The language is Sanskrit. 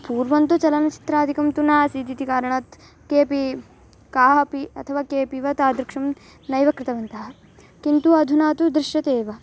पूर्वं तु चलनचित्रादिकं तु नासीद् इति कारणात् केऽपि काः अपि अथवा केऽपि वा तादृशं नैव कृतवन्तः किन्तु अधुना तु दृश्यते एव